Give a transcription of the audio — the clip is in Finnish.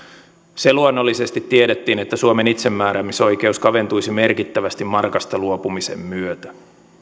se luonnollisesti tiedettiin että suomen itsemääräämisoikeus kaventuisi merkittävästi markasta luopumisen myötä